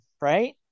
right